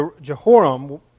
Jehoram